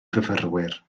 fyfyrwyr